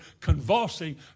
convulsing